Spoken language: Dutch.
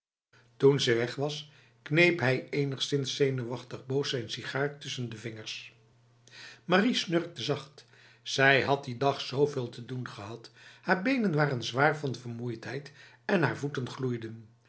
toen ze weg was kneep hij enigszins zenuwachtig boos zijn sigaar tussen de vingers marie snurkte zacht zij had die dag zveel te doen gehad haar benen waren zwaar van vermoeidheid en haar voeten gloeiden